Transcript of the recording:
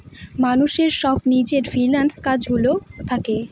মানুষের সব নিজের ফিন্যান্স কাজ গুলো থাকে